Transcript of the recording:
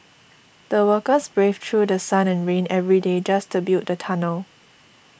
the workers braved through The Sun and rain every day just to build the tunnel